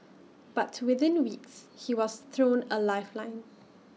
but within weeks he was thrown A lifeline